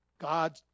God